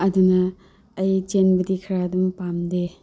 ꯑꯗꯨꯅ ꯑꯩ ꯆꯦꯟꯕꯗꯤ ꯈꯔ ꯑꯗꯨꯝ ꯄꯥꯝꯗꯦ